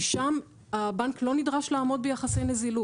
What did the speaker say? שם - הבנק לא נדרש לעמוד ביחסי נזילות.